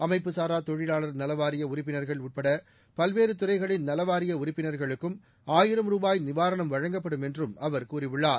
அமைப்புசாரா தொழிலாளர் நலவாரிய உறுப்பினர்கள் உட்பட பல்வேறு துறைகளின் நலவாரிய உறுப்பினர்களுக்கும் ஆயிரம் ரூபாய் நிவாரணம் வழங்கப்படும் என்றும் அவர் கூறியுள்ளார்